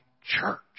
church